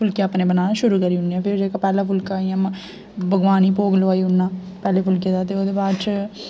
फुलके अपने बनाना शुरू करी ओड़ने फ्ही जेह्का पैह्ला फुलका इंया भगवान गी भोग लोआई ओड़ना पैह्ले फुलके दा ते ओह्दे बाद इच